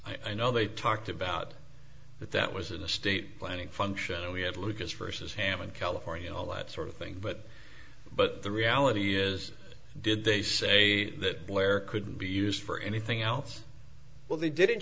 cases i know they talked about that that was an estate planning function and we had lucas versus ham in california all that sort of thing but but the reality is did they say that blair could be used for anything else well they didn't